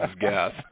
gas